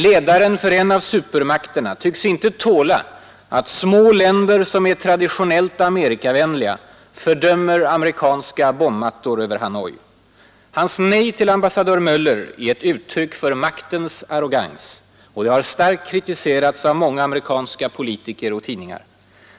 Ledaren för en av supermakterna tycks inte tåla att små länder, som är traditionellt Amerikavänliga, fördömer amerikanska bombmattor över Hanoi. Hans nej till ambassadör Möller är ett uttryck för maktens arrogans, och det har starkt kritiserats av många amerikanska politiker och tidningar.